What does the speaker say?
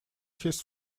his